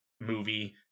movie